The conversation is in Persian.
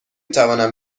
توانم